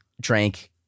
drank